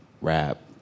rap